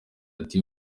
ati